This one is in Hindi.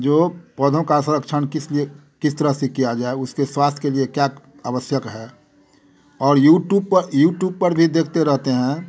जो पौधों का संरक्षण किस लिए किस तरह से किया जाए उसके स्वास्थ्य के लिए क्या आवश्यक है और युटुब पर युटुब पर भी देखते रहते हैं